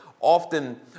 often